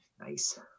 Nice